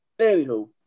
Anywho